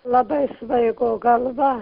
labai svaigo galva